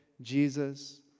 Jesus